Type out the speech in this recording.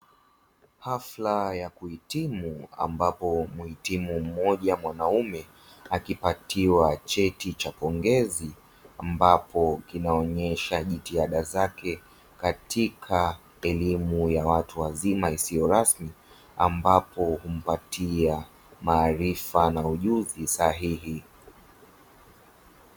Hafla ya kuhitimu ambapo muhitimu mmoja mwanaume akipatiwa cheti cha pongezi, ambapo kinaonesha jitihada zake katika elimu ya watu wazima isiyo rasmi, ambapo humpatia maarifa na ujuzi sahihi.